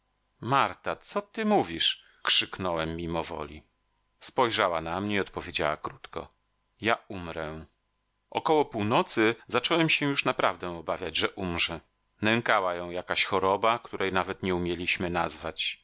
marta co ty mówisz krzyknąłem mimowoli spojrzała na mnie i odpowiedziała krótko ja umrę około północy zacząłem się już naprawdę obawiać że umrze nękała ją jakaś choroba której nawet nie umieliśmy nazwać